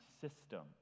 system